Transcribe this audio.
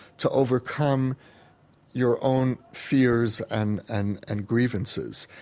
to overcome your own fears and and and grievances,